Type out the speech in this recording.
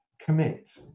commit